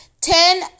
Ten